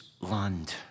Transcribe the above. land